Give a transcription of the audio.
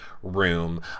room